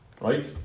Right